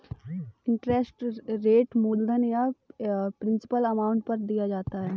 interest rate मूलधन या principal amount पर दिया जाता है